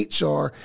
HR